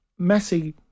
Messi